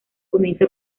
comienza